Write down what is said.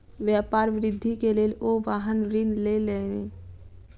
व्यापार वृद्धि के लेल ओ वाहन ऋण लेलैन